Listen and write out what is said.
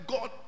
God